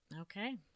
Okay